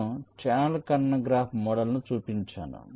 నేను ఛానల్ ఖండన గ్రాఫ్ మోడల్ను చూపించాను